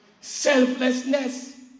Selflessness